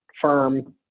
firm